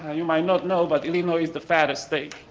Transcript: ah you may not know but illinois is the fattest state.